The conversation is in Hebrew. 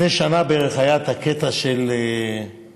לפני שנה בערך היה את הקטע של הנכים,